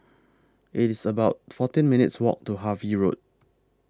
It's about fourteen minutes' Walk to Harvey Road